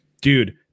dude